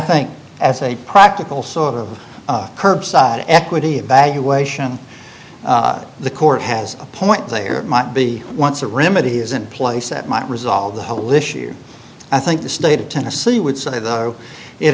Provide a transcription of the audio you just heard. think as a practical sort of curbside equity evaluation the court has a point there might be once a remedy is in place that might resolve the whole issue i think the state of tennessee would say though it